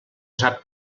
sap